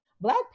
Black